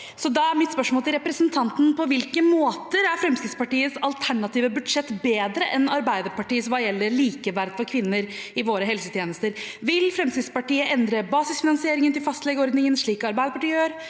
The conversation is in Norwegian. Da er mitt spørsmål til representanten Hoksrud: På hvilke måter er Fremskrittspartiets alternative budsjett bedre enn Arbeiderpartiets budsjett hva gjelder likeverd for kvinner i våre helsetjenester? Vil Fremskrittspartiet endre basisfinansieringen til fastlegeordningen, slik Arbeiderpartiet gjør?